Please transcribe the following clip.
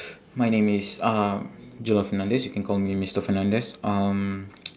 my name is uh joel fernandes you can call me mister fernandes um